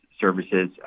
services